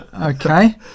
Okay